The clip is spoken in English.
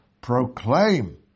proclaim